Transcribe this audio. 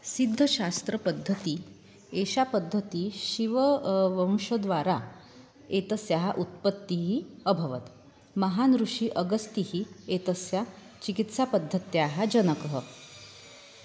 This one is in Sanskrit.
सिद्धशास्त्रपद्धतिः एषा पद्धतिः शिवः वंशद्वारा एतस्याः उत्पत्तिः अभवत् महान् ऋषिः अगस्तिः एतस्य चिकित्सापद्धत्याः त्याः जनकः